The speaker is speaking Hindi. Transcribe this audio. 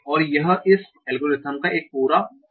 और यह इस एल्गोरिथ्म का एक पूरा पास है